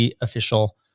official